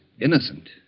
innocent